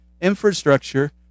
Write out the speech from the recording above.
infrastructure